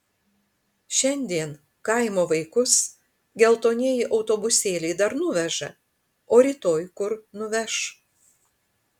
šiandien kaimo vaikus geltonieji autobusėliai dar nuveža o rytoj kur nuveš